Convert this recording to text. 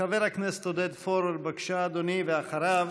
חבר הכנסת עודד פורר, בבקשה, אדוני, ואחריו,